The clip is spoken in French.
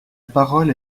parole